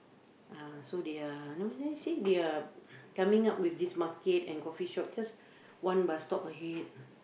ah so they are you know there see they are coming up with this market and coffee shop just one bus stop ahead